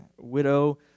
widow